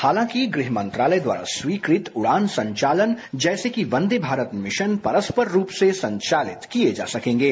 हालांकि गृह मंत्रालय द्वारा स्वीकृत उड़ान संचालन जैसे की वंदे मारत मिशन परस्पर रूप से संचालित किए जा सकेंगे